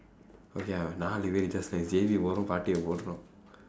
okay ah நாழு பேரு:naazhu peeru J_B போறோம்:pooroom partyae போடுறோம்:pooduroom